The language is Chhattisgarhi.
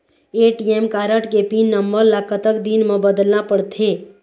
ए.टी.एम कारड के पिन नंबर ला कतक दिन म बदलना पड़थे?